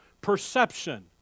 perception